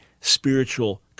spiritual